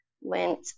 went